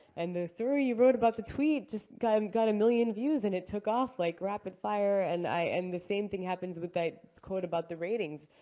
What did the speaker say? and the story you wrote about the tweet just got um got a million views, and it took off like rapid fire, and i and the same thing happens with that quote about the ratings.